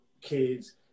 kids